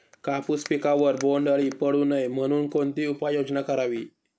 कापूस पिकावर बोंडअळी पडू नये म्हणून कोणती उपाययोजना करावी?